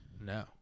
No